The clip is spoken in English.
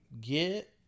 get